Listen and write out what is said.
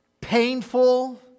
painful